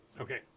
Okay